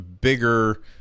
bigger